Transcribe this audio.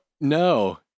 no